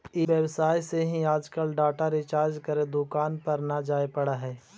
ई व्यवसाय से ही आजकल डाटा रिचार्ज करे दुकान पर न जाए पड़ऽ हई